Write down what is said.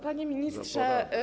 Panie Ministrze!